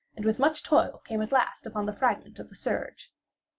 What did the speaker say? and with much toil came at last upon the fragment of the serge.